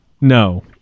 No